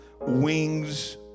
wings